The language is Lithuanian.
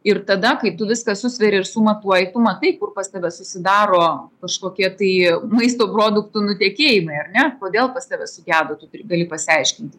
ir tada kai viską susveri ir sumatuojami tu matai kur pas tave susidaro kažkokie tai maisto produktų nutekėjimai ar ne kodėl pas tave sugedo gali pasiaiškinti